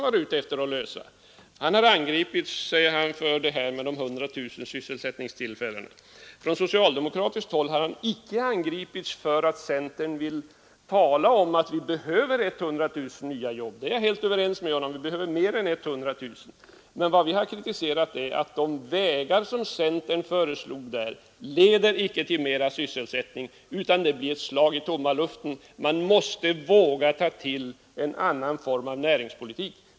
Herr Bengtson säger att han har angripits för förslaget om 100 000 nya sysselsättningstillfällen. Från socialdemokratiskt håll har centern icke angripits för att man talar om att vi behöver 100 000 nya jobb. På den punkten är jag helt ense med herr Bengtson; vi behöver fler än 100 000 nya jobb. Men vad vi har kritiserat är att de vägar som centern föreslog icke leder till större sysselsättning. De blir ett slag i tomma luften. Man måste våga ta till ett annat slags näringspolitik.